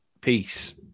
Peace